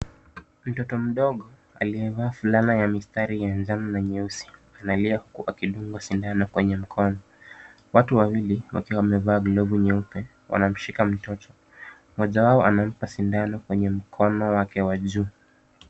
Mtoto mdogo aliyevaa fulana ya mistari ya njano na nyeusi analia akidungwa sindano kwenye mkono, watu wawili wakiwa wamevaa glavu nyeupe wanamshika mtoto, mmoja wao anampa sindano kwenye mkono wake wa juu.